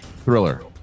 thriller